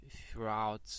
throughout